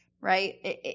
right